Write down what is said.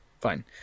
Fine